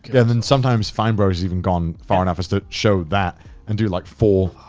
and then sometimes fine bros has even gone far enough as to show that and do like four